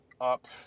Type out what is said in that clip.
up